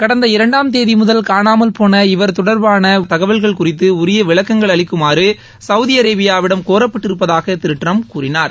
கடந்த இரண்டாம் தேதி முதல் காணாமல்போன இவர் தொடர்பான தகவல்கள் குறித்த உரிய விளக்கங்கள் அளிக்குமாறு சவுதி அரேபியாவிடம் கோரப்பட்டிருப்பதாக திரு ட்டிரம்ப் கூறினார்